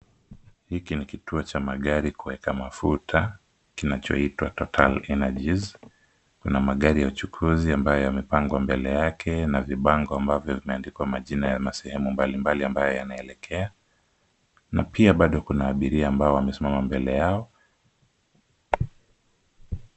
Hiki ni kituo cha magari kuweka mafuta kinachoitwa total energies . Kuna magari ya uchukuzi ambayo yamepangwa mbele yake na vibango ambavyo vimeandikwa majina ya sehemu mbalimbali ambayo yanaelekea na pia bado kuna abiria ambao wamesimama mbele yao.